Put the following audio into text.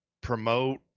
promote